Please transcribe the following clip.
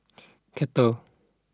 Kettle